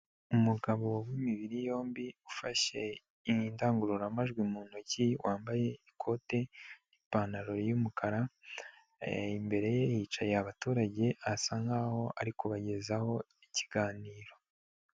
Umugabo w'imibiri yombi ufashe indangururamajwi mu ntoki, wambaye ikote n'ipantaro y'umukara, imbere ye hicaye abaturage, asa nkaho ari kubagezaho ikiganiro.